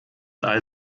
all